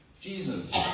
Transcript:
jesus